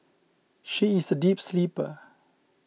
she is a deep sleeper